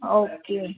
okay